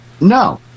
No